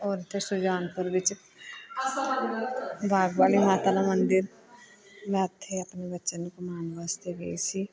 ਔਰ ਉੱਥੇ ਸੁਜਾਨਪੁਰ ਵਿੱਚ ਬਾਗ ਵਾਲੀ ਮਾਤਾ ਦਾ ਮੰਦਰ ਮੈਂ ਉੱਥੇ ਆਪਣੇ ਬੱਚਿਆਂ ਨੂੰ ਘੁੰਮਾਉਣ ਵਾਸਤੇ ਗਈ ਸੀ